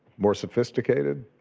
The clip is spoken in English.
more sophisticated,